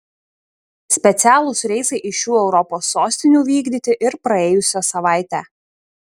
specialūs reisai iš šių europos sostinių vykdyti ir praėjusią savaitę